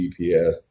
GPS